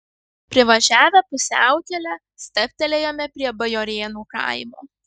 privažiavę pusiaukelę stabtelėjome prie bajorėnų kaimo